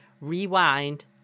Rewind